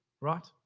Right